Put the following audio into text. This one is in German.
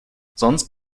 sonst